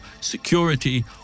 security